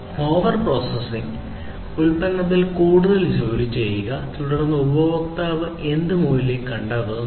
over processing ഉൽപ്പന്നത്തിൽ കൂടുതൽ ജോലി ചെയ്യുക തുടർന്ന് ഉപഭോക്താവ് എന്ത് മൂല്യം കണ്ടെത്തുന്നു